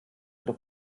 doch